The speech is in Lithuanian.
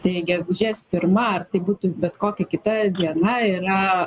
tai gegužės pirma būtų bet kokia kita diena yra